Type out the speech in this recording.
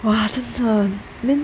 !wah! 真的 then